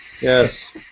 Yes